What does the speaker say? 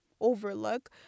overlook